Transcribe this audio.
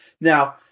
Now